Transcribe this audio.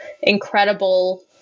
incredible